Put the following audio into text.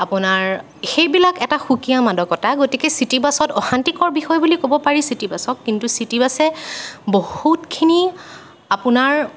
আপোনাৰ সেইবিলাক এটা সুকীয়া মাদকতা গতিকে চিটিবাছত অশান্তিকৰ বিষয় বুলি ক'ব পাৰি চিটিবাছক কিন্তু চিটিবাছে বহুতখিনি আপোনাৰ